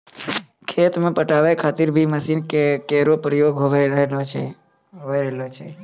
खेत क पटावै खातिर भी मसीन केरो प्रयोग होय रहलो छै